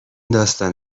داستان